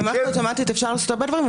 במערכת האוטומטית אפשר לעשות הרבה דברים,